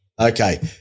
Okay